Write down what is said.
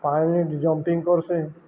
jumping କର୍ସି